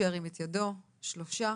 הצבעה